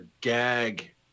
gag